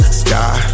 sky